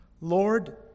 Lord